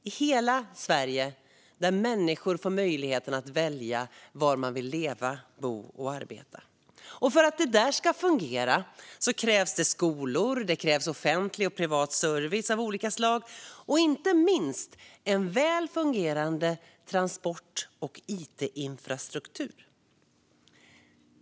I hela Sverige ska människor få möjlighet att välja var de vill leva, bo och arbeta. För att det ska fungera krävs skolor, offentlig och privat service av olika slag och inte minst en väl fungerande transport och it-infrastruktur.